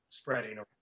spreading